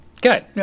Good